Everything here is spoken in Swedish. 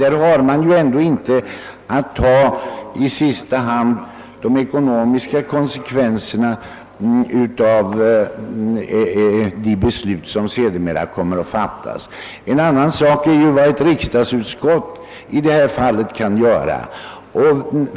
Där är man lyckligt befriad ifrån att i sista hand ta de ekonomiska konsekvenserna av de beslut som sedermera kommer att fattas. En annan sak är vad ett riksdagsutskott säger och skriver.